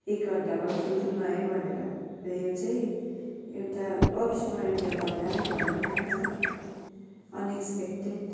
एक घन्टा भए पनि सुतौँ न है भनेर र यो चाहिँ एउटा अविस्मरणीय घटना नै भनौँ न है अनएक्सपेक्टेड